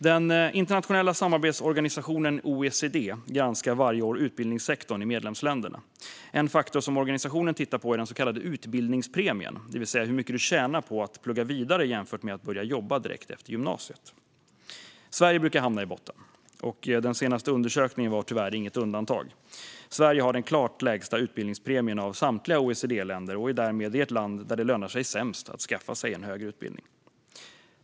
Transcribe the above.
Den internationella samarbetsorganisationen OECD granskar varje år utbildningssektorn i medlemsländerna. En faktor som organisationen tittar på är den så kallade utbildningspremien, det vill säga hur mycket du tjänar på att plugga vidare jämfört med att börja jobba direkt efter gymnasiet. Sverige brukar hamna i botten. Den senaste undersökningen var tyvärr inget undantag. Sverige har den klart lägsta utbildningspremien av samtliga OECD-länder och är därmed det land där det lönar sig sämst att skaffa sig en hög utbildning.